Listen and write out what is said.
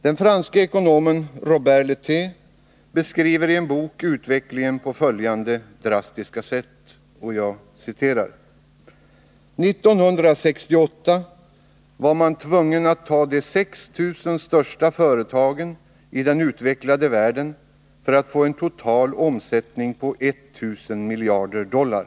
Den franske ekonomen Robert Lettés beskriver i en bok utvecklingen på följande drastiska sätt: 1968 var man tvungen att ta de 6 000 största företagen i den utvecklade världen för att få en total omsättning på 1 000 miljarder dollar.